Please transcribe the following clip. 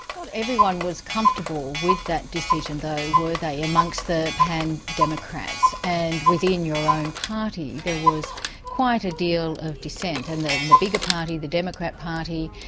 not everyone was comfortable with that decision though, were they, amongst the pan democrats? and within your own party there was quite a deal of dissent, and the the bigger party, the democrat party,